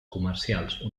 comercials